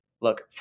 look